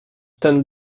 ten